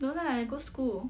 no lah I go school